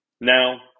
Now